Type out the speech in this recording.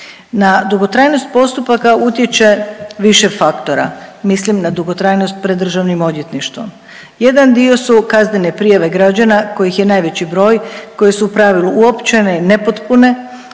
Na dugotrajnost postupaka utječe više faktora, mislim na dugotrajnost pred Državnim odvjetništvom. Jedan dio su kaznene prijave građana kojih je najveći broj koje su u pravilu uopćene i nepotpune,